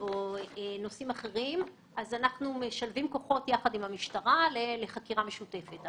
או נושאים אחרים אנחנו משלבים כוחות יחד עם המשטרה לחקירה משותפת.